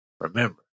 Remember